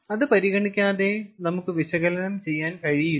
അത് പരിഗണിക്കാതെ നമുക്ക് വിശകലനം ചെയ്യാൻ കഴിയില്ല